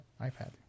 iPad